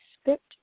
script